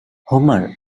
homer